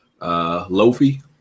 Lofi